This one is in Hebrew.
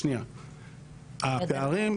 הפערים,